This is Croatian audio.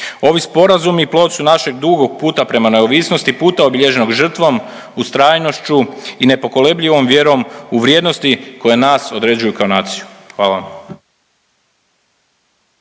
Ovi sporazumi plod su našeg dugog puta prema neovisnosti, puta obilježenog žrtvom, ustrajnošću i nepokolebljivom vjerom u vrijednosti koje nas određuju kao naciju, hvala.